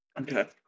Okay